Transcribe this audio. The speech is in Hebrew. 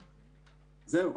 זהו.